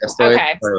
Okay